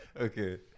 okay